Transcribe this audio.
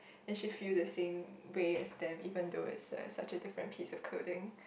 and she feel the same way as them even though it's like such a different piece of clothing